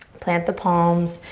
plant the palms,